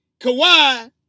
Kawhi